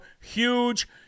huge